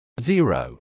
Zero